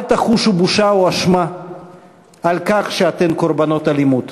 אל תחושו בושה או אשמה על כך שאתן קורבנות אלימות.